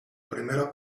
primera